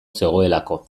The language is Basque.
zegoelako